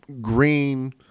green